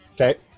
Okay